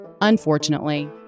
Unfortunately